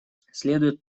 следует